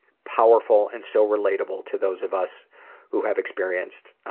powerful, and so relatable to those of us who have experienced